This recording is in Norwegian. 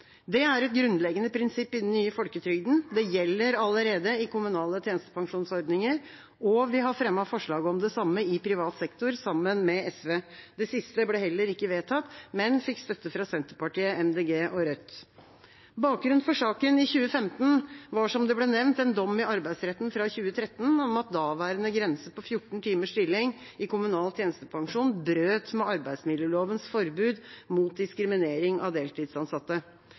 Det er et grunnleggende prinsipp i den nye folketrygden, det gjelder allerede i kommunale tjenestepensjonsordninger, og vi har fremmet forslag om det samme i privat sektor, sammen med SV. Det siste ble heller ikke vedtatt, men fikk støtte fra Senterpartiet, Miljøpartiet De Grønne og Rødt. Bakgrunnen for saken i 2015 var, som det ble nevnt, en dom i Arbeidsretten fra 2013 om at daværende grense på 14 timers stilling i kommunal tjenestepensjon brøt med arbeidsmiljølovens forbud mot diskriminering av deltidsansatte.